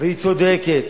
והיא צודקת,